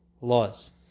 laws